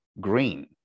green